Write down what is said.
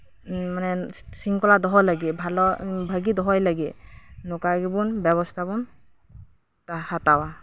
ᱢᱟᱱᱮ ᱥᱤᱝᱠᱷᱚᱞᱟ ᱫᱚᱦᱚᱭ ᱞᱟᱹᱜᱤᱫ ᱵᱷᱟᱹᱜᱤ ᱫᱚᱦᱚᱭ ᱞᱟᱹᱜᱤᱫ ᱱᱚᱝᱠᱟ ᱜᱮᱵᱚᱱ ᱵᱮᱵᱚᱥᱛᱷᱟ ᱵᱚᱱ ᱦᱟᱛᱟᱣᱟ